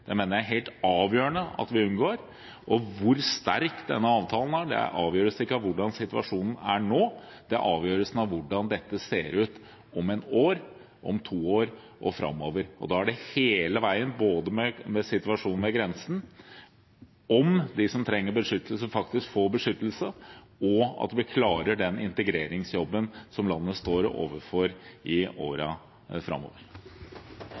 Det mener jeg er helt avgjørende at vi unngår. Og hvor sterk denne avtalen er, avgjøres ikke av hvordan situasjonen er nå, det avgjøres av hvordan dette ser ut om et år, om to år, og framover. Det gjelder både situasjonen ved grensen, om de som trenger beskyttelse, faktisk får beskyttelse, og at vi klarer den integreringsjobben som landet står overfor i årene framover.